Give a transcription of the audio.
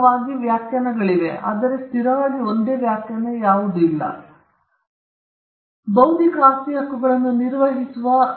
ಇದರ ಸುತ್ತಲೂ ನೀವು ಅನೇಕ ವ್ಯಾಖ್ಯಾನಗಳನ್ನು ಕಾಣಬಹುದು ಮತ್ತು ಕೆಲವು ವ್ಯಾಖ್ಯಾನಗಳು ನಿಮಗೆ ನಿಜವಾಗಿ ವಿಷಯಗಳ ಪಟ್ಟಿಯನ್ನು ನೀಡುತ್ತದೆ ಇದು ಗ್ಲಾಸರಿ ಕಿರಾಣಿ ಪಟ್ಟಿಗಳಂತೆ ಇದು ಎಲ್ಲಾ ಬೌದ್ಧಿಕ ಆಸ್ತಿ ಹಕ್ಕುಗಳೆಂದು ಹೇಳುವ ವಸ್ತುಗಳ ಪಟ್ಟಿ